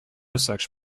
such